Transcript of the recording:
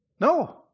No